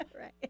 Right